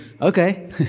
okay